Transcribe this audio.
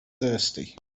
thirsty